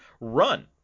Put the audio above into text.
Run